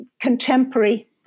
contemporary